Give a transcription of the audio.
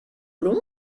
long